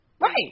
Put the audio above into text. Right